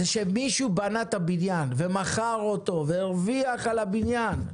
זה שמישהו בנה את הבניין ומכר אותו והרוויח על הבניין,